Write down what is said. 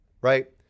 Right